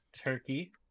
turkey